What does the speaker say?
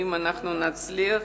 ואם נצליח,